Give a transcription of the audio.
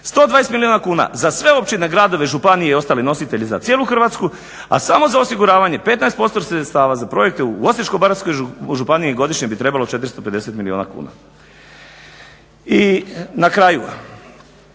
120 milijuna kuna za sve općine, gradove, županije i ostale nositelje za cijelu Hrvatsku, a samo za osiguravanje 15% sredstava za projekte u Osječko-baranjskoj županiji godišnje bi trebalo 450 milijuna kuna. I na kraju,